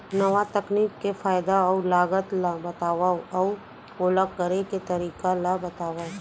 नवा तकनीक के फायदा अऊ लागत ला बतावव अऊ ओला करे के तरीका ला बतावव?